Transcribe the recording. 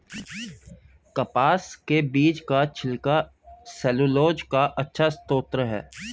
कपास के बीज का छिलका सैलूलोज का अच्छा स्रोत है